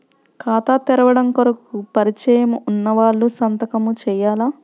ఖాతా తెరవడం కొరకు పరిచయము వున్నవాళ్లు సంతకము చేయాలా?